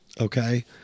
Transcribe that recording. Okay